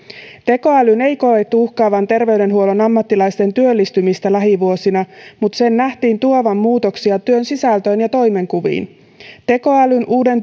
tekoälyn ei koettu uhkaavan terveydenhuollon ammattilaisten työllistymistä lähivuosina mutta sen nähtiin tuovan muutoksia työn sisältöön ja toimenkuviin tekoälyn uuden